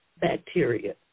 bacteria